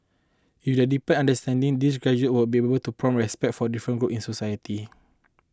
with their deepened understanding these graduates would be able to promote respect for different groups in society